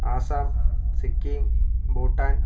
Assam Sikkim Bhutan